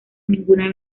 ninguna